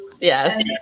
Yes